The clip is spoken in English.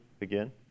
again